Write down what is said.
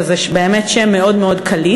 וזה באמת שם מאוד קליט,